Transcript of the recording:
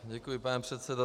Děkuji, pane předsedo.